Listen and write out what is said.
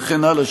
וכן הלאה,